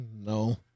no